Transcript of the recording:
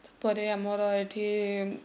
ତା'ପରେ ଆମର ଏଠି